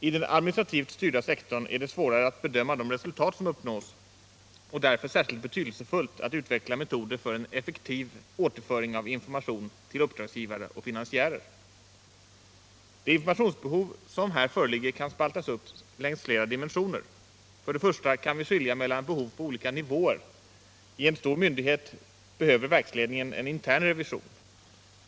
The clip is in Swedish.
I den administrativt styrda sektorn är det svårare att bedöma de resultat som uppnås och därför särskilt betydelsefullt att utveckla metoder för en effektiv återföring av information till uppdragsgivare och finansiärer. Det informationsbehov som här föreligger kan spaltas upp längs flera dimensioner. För det första kan vi skilja mellan behov på olika nivåer. I en stor myndighet behöver verksledningen en intern revision.